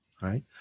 right